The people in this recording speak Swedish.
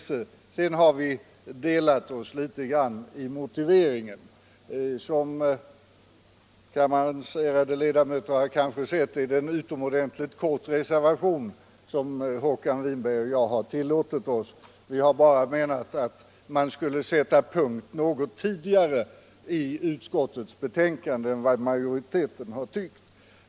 Sedan har vi delat oss något i fråga om motiveringen. Som kammarens ärade ledamöter kanske har sett är det en utomordentligt kort reservation som herr Winberg och jag har fogat vid betänkandet. Vi har bara menat att man skulle sätta punkt något tidigare än vad majoriteten har tyckt.